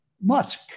Musk